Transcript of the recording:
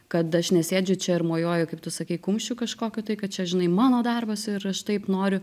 kad aš nesėdžiu čia ir mojuoju kaip tu sakei kumščiu kažkokiu tai kad čia žinai mano darbas ir aš taip noriu